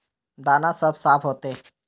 दाना सब साफ होते?